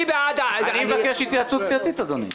אני מבקש התייעצות סיעתית, אדוני.